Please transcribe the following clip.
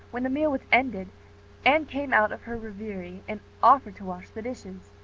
when the meal was ended anne came out of her reverie and offered to wash the dishes.